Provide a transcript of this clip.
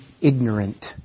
ignorant